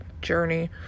journey